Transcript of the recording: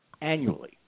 annually